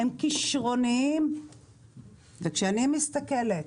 הם כשרוניים וכשאני מסתכלת